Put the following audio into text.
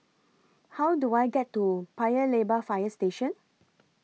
How Do I get to Paya Lebar Fire Station